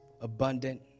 abundant